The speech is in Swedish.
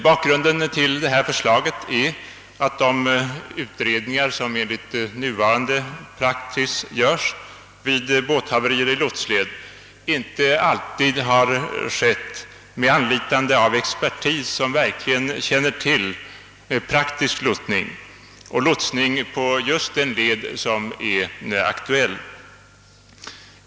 Bakgrunden till detta förslag är att de utredningar som enligt nuvarande praxis görs vid båthaverier i lotsled inte alltid har skett med anlitande av expertis som verkligen känner till praktisk lotsning och lotsning på just den led som är aktuell.